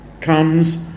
comes